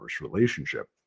relationship